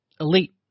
elite